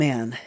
Man